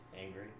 Angry